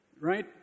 Right